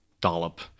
dollop